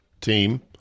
team